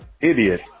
idiot